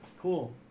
cool